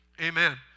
Amen